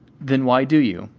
then why do you?